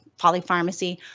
polypharmacy